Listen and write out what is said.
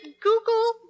Google